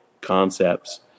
concepts